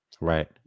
Right